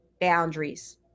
boundaries